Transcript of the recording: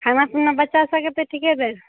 खाना पीना बच्चासबके तऽ ठीके दै है